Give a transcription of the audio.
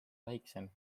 väiksem